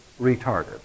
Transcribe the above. retarded